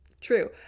True